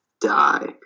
die